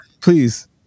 please